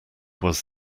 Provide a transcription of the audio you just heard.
was